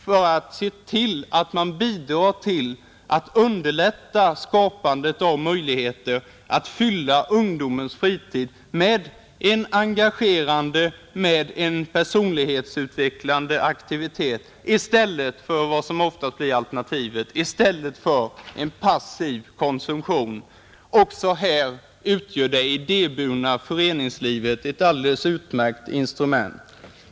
Man bör se till att man bidrar till att underlätta skapandet av möjligheter att fylla ungdomens fritid med en engagerande, en personlighetsutvecklande aktivitet i stället för — något som ofta blir alternativet — en passiv konsumtion. Också här utgör det idéburna föreningslivet ett alldeles utmärkt instrument.